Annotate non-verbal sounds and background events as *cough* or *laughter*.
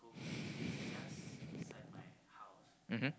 *breath* mmhmm